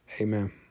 Amen